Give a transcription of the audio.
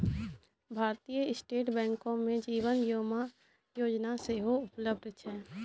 भारतीय स्टेट बैंको मे जीवन बीमा योजना सेहो उपलब्ध छै